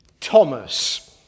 Thomas